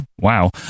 Wow